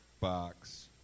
box